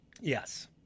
Yes